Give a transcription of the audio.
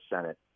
Senate